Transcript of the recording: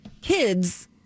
kids